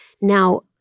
Now